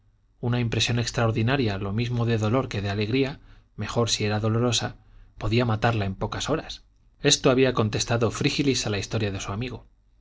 una impresión extraordinaria lo mismo de dolor que de alegría mejor si era dolorosa podía matarla en pocas horas esto había contestado frígilis a la historia de su amigo